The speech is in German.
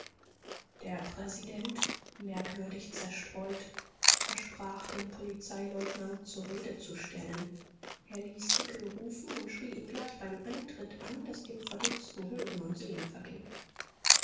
der präsident merkwürdig zerstreut versprach den polizeileutnant zur rede zu stellen er ließ hickel rufen und schrie ihn gleich beim eintritt an daß dem verdutzten hören und sehen verging